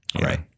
right